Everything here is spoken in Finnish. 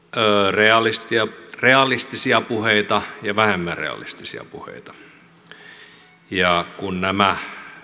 realistisia realistisia puheita ja vähemmän realistisia puheita kun nämä